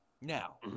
Now